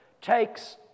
takes